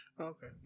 Okay